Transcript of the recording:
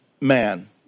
man